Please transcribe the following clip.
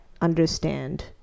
understand